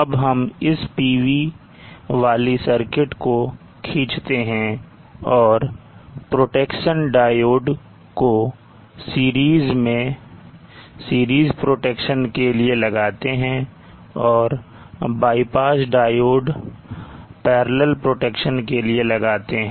अब हम इस PV वाली सर्किट को खींचते हैं और प्रोटेक्शन डायोड को सीरीज में सीरीज प्रोटेक्शन के लिए लगाते हैं और बायपास डायोड पार्लर प्रोटेक्शन के लिए लगाते हैं